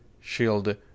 shield